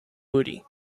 woody